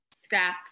scrap